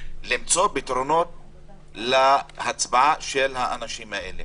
למצוא פתרונות להצבעה של האנשים האלה.